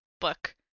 book